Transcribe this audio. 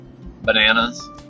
bananas